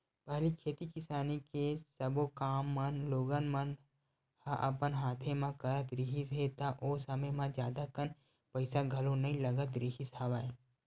पहिली खेती किसानी के सब्बो काम मन लोगन मन ह अपन हाथे म करत रिहिस हे ता ओ समे म जादा कन पइसा घलो नइ लगत रिहिस हवय